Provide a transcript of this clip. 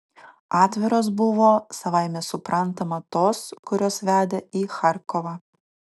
atviros buvo savaime suprantama tos kurios vedė į charkovą